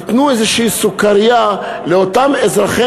תיתנו איזושהי סוכרייה לאותם אזרחי